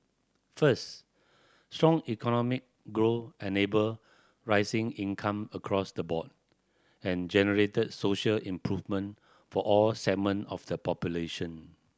first strong economic growth enabled rising income across the board and generated social improvement for all segment of the population